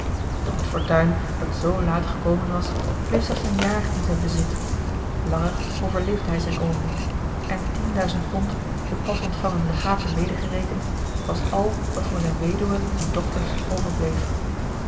doch het fortuin dat zoo laat gekomen was bleef slechts een jaar in zijn bezit langer overleefde hij zijn oom niet en tien duizend pond de pas ontvangen legaten medegerekend was al wat voor zijne weduwe en dochters overbleef